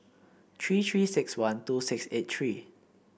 three Three six one two six eight three